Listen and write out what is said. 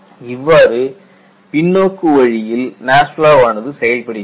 இவ்வாறு பின்னோக்கு வழியில் NASFLA வானது செயல்படுகிறது